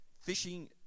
Fishing